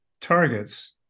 targets